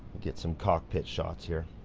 get some cockpit shots here.